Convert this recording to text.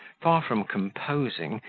far from composing,